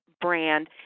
brand